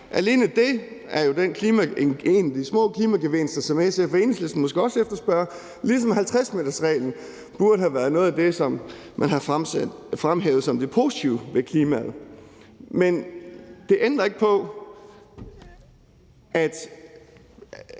Alene det er jo en af de små klimagevinster, som SF og Enhedslisten måske også efterspørger, ligesom 50-metersreglen burde have været noget af det, man fremhæver som det positive for klimaet. Kl. 11:29 Det ændrer ikke på, at